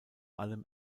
allem